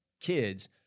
kids